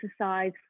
exercise